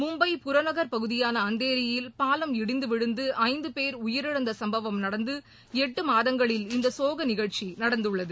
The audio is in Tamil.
மும்பை புறநகர் பகுதியானஅந்தேரியில் பாலம் இடிந்துவிழுந்துஐந்தபேர் உயிரிழந்தசுப்பவம் நடந்துஎட்டுமாதங்களில் இந்தசோகநிகழ்ச்சிநடந்துள்ளது